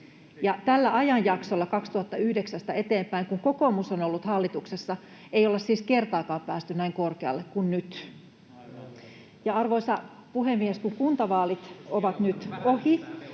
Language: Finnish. tällä ajanjaksolla, 2009:stä eteenpäin, kun kokoomus on ollut hallituksessa, ei olla siis kertaakaan päästy näin korkealle kuin nyt. Arvoisa puhemies! Kun kuntavaalit ovat nyt ohi,